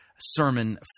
sermon